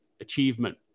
achievement